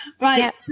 Right